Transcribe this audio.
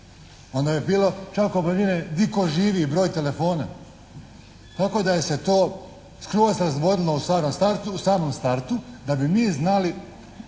Onda je bilo čak objavljivanje gdi ko živi i broj telefona. Tako da je se to skroz razvodnilo u samom startu da bi mi znali